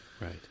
Right